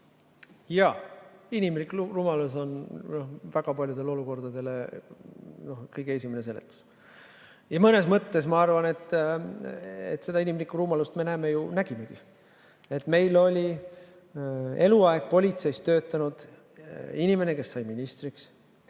Jaa, inimlik rumalus on väga paljudele olukordadele kõige esimene seletus. Mõnes mõttes, ma arvan, seda inimlikku rumalust me ju nägimegi. Meil on eluaeg politseis töötanud inimene, kes sai ministriks.